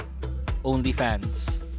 OnlyFans